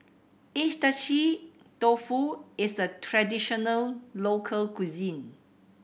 Agedashi Dofu is a traditional local cuisine